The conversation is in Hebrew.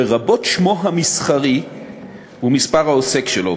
לרבות שמו המסחרי ומספר העוסק שלו,